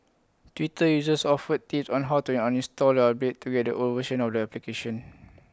Twitter users offered tips on how to uninstall the update to get the old version of the application